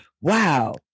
wow